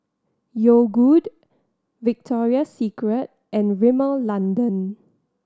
Yogood Victoria Secret and Rimmel London